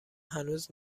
هنوز